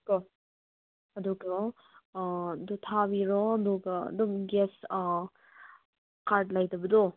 ꯀꯣ ꯑꯗꯨꯒ ꯑꯗꯨ ꯊꯥꯕꯤꯔꯣ ꯑꯗꯨꯒ ꯑꯗꯨꯝ ꯒ꯭ꯌꯥꯁ ꯀꯥꯔꯗ ꯂꯩꯇꯕꯗꯣ